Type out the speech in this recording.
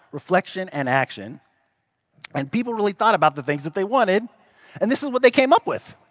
reflection and action and people really thought about the things that they wanted and this is what they came up with.